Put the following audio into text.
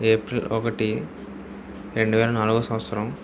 April ఒకటి రెండు వేల నాలుగో సంవత్సరం